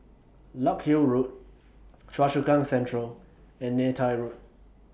Larkhill Road Choa Chu Kang Central and Neythai Road